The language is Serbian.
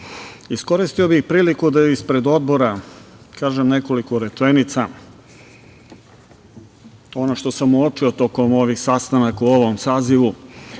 samouprave. Iskoristio bih priliku da ispred Odbora kažem nekoliko rečenica, ono što sam uočio tokom ovih sastanaka u ovom sazivu.